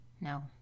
No